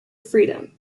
freedom